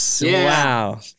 Wow